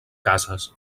cases